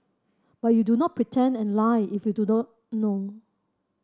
but you do not pretend and lie if you do not know